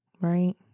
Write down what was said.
right